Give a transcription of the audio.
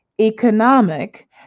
economic